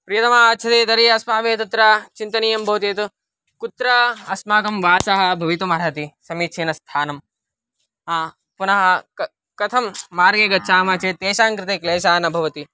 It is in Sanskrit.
प्रियतमा आगच्छति तर्हि अस्माभिः तत्र चिन्तनीयं भवति यत् कुत्र अस्माकं वासः भवितुमर्हति समीचीनस्थानं पुनः क कथं मार्गे गच्छामः चेत् तेषाङ्कृते क्लेशः न भवति